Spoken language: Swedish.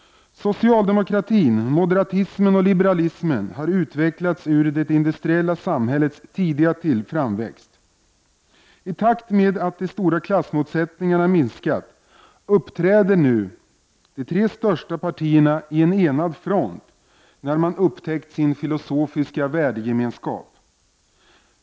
Socialdemokratin, moderatismen och liberalismen har utvecklats ur det industrialiserade samhällets tidiga framväxt. I takt med att de stora klassmotsättningarna minskar uppträder nu de tre största partierna i en enad front där de upptäckt sin filosofiska värdegemenskap.